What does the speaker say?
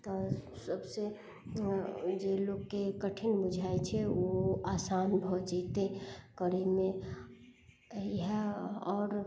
तऽ सबसँ जे लोकके कठिन बुझाइ छै ओ आसान भऽ जेतय करयमे इएह आओर